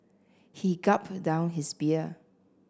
he gulped down his beer